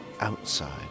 outside